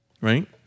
right